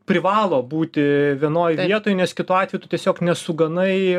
privalo būti vienoj vietoj nes kitu atveju tu tiesiog nesuganai